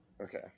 Okay